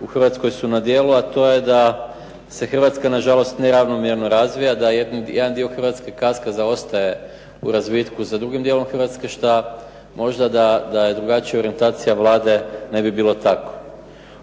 u Hrvatskoj su na djelu, a to je da se Hrvatska na žalost neravnomjerno razvija, da jedan dio Hrvatske kaska, zaostaje u razvitku za drugim dijelom Hrvatske šta možda da je drugačija orijentacija Vlade ne bi bilo tako.